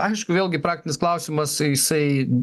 aišku vėlgi praktinis klausimas jisai